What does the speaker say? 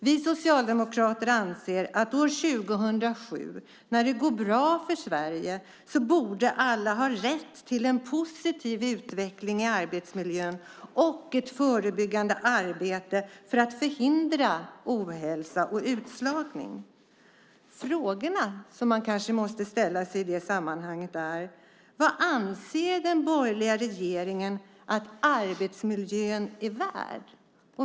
Vi socialdemokrater anser att år 2007, när det går bra för Sverige, borde alla ha rätt till en positiv utveckling när det gäller arbetsmiljön och när det gäller ett förebyggande arbete för att förhindra ohälsa och utslagning. Frågorna som man kanske måste ställa sig i detta sammanhang är: Vad anser den borgerliga regeringen att arbetsmiljön är värd?